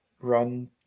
run